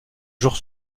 jour